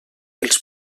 els